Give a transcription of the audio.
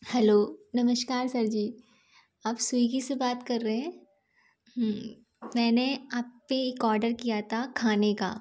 hello नमस्कार sir ji आप Swiggy से बात कर रहे हैं मैंने आप पे एक ऑडर किया था खाने का